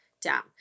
down